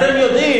אתם יודעים,